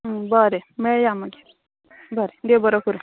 बरें मेळ्या मागीर बरें देव बरो करूं